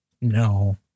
No